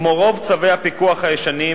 כמו רוב צווי הפיקוח הישנים,